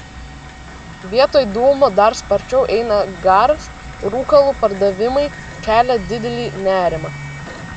vietoj dūmo dar sparčiau eina garas rūkalų pardavimai kelia didelį nerimą